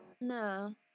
no